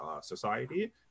society